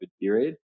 period